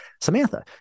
Samantha